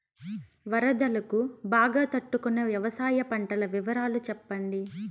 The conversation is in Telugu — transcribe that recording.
వరదలకు బాగా తట్టు కొనే వ్యవసాయ పంటల వివరాలు చెప్పండి?